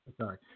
sorry